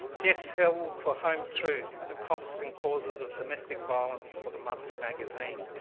jess hill for home truths, the costs and causes of domestic violence for the monthly magazine.